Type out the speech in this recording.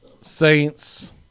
Saints